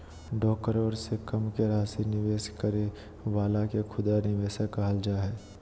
दो करोड़ से कम के राशि निवेश करे वाला के खुदरा निवेशक कहल जा हइ